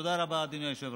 תודה רבה, אדוני היושב-ראש.